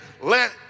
let